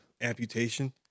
amputation